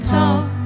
talk